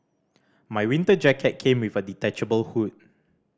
my winter jacket came with a detachable hood